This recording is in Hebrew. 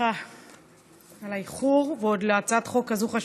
סליחה על האיחור, ועוד להצעת חוק כזאת חשובה.